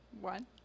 one